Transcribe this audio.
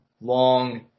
long